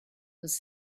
was